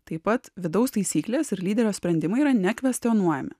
taip pat vidaus taisyklės ir lyderio sprendimai yra nekvestionuojami